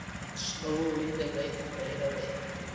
and slowly they baith rade away.